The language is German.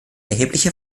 erhebliche